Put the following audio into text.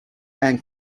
and